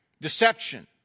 Deception